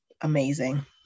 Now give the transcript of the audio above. amazing